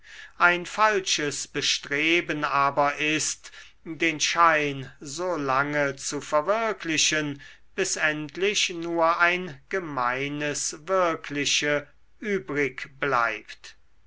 ein falsches bestreben aber ist den schein so lange zu verwirklichen bis endlich nur ein gemeines wirkliche übrig bleibt